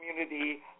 community